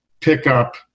pickup